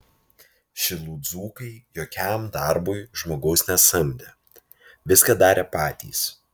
šilų dzūkai jokiam darbui žmogaus nesamdė viską darė patys